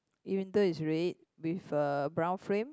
even though it's red with a brown frame